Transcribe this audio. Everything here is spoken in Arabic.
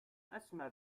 أسمع